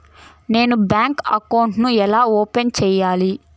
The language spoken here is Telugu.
నేను బ్యాంకు అకౌంట్ ను ఎలా ఓపెన్ సేయాలి?